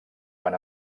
van